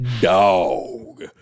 Dog